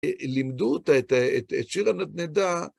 לימדו אותה את שיר הנדנדה.